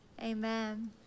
Amen